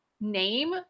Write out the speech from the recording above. name